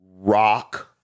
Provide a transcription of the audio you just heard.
rock